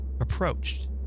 approached